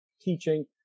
teaching